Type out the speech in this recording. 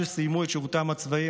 לאחר שסיימו את שירותם הצבאי,